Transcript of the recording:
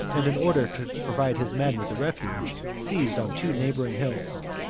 and, in order to provide his men with a refuge, seized on two neighbouring hills,